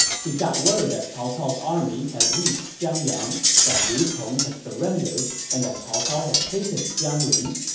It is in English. he got word that cao cao's army had reached xiangyang, that liu cong had surrendered, and that cao cao had taken jiangling.